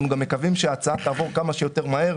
מקווים שהצעת החוק תעבור כמה שיותר מהר.